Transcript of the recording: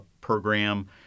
program